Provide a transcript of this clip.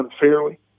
unfairly